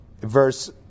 verse